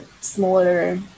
smaller